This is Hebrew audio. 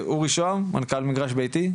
אורי שוהם, מנכ"ל מגרש ביתי,